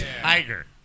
Tiger